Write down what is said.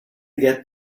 get